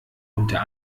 unter